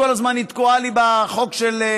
כל הזמן היא תקועה לי בחוק של,